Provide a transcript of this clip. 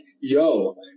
yo